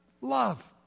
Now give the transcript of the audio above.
love